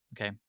Okay